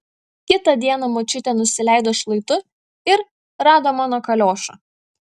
kitą dieną močiutė nusileido šlaitu ir rado mano kaliošą